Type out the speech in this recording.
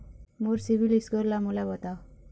मोर CIBIL score ला मोला बताव?